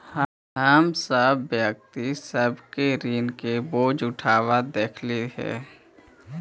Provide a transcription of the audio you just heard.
हम बहुत व्यक्ति सब के ऋण के बोझ उठाबित देखलियई हे